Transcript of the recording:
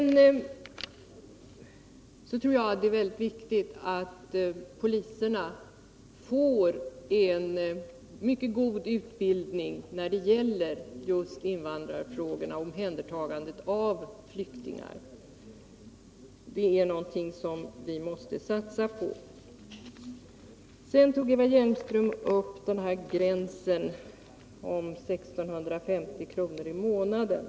Jag tror det är mycket viktigt att poliserna får mycket god utbildning när det gäller just invandrarfrågor, omhändertagande av flyktingar. Det är någonting som vi måste satsa på. Eva Hjelmström tog upp gränsen på I 650 kr. i månaden.